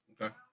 Okay